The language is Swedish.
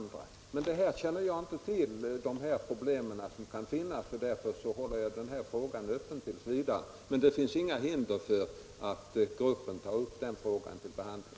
De problem som kan inrymmas i frågan känner jag inte närmare till, och därför håller jag frågan öppen t. v., men det finns inga hinder för att arbetsgruppen tar upp den saken till behandling.